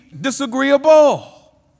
disagreeable